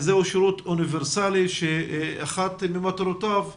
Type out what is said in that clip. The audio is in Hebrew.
זהו שירות אוניברסלי שאחת ממטרותיו היא